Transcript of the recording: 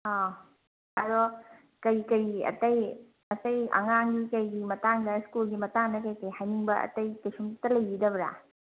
ꯑꯥ ꯑꯗꯣ ꯀꯔꯤ ꯀꯔꯤ ꯑꯇꯩ ꯑꯇꯩ ꯑꯉꯥꯡ ꯀꯔꯤꯒꯤ ꯃꯇꯥꯡꯗ ꯁ꯭ꯀꯨꯜꯒꯤ ꯃꯇꯥꯡꯗ ꯀꯔꯤ ꯀꯔꯤ ꯍꯥꯏꯅꯤꯡꯕ ꯑꯇꯩ ꯀꯩꯁꯨꯝꯗ ꯂꯩꯕꯤꯗꯕ꯭ꯔꯥ